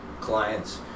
clients